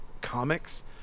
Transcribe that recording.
comics